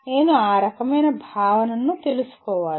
నేను ఆ రకమైన భావనను తెలుసుకోవాలి